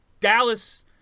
Dallas